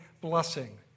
blessing